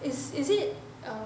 is is it err